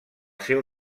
seu